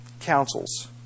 councils